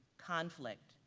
conflict,